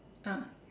ah